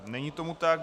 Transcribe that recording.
Není tomu tak.